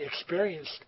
experienced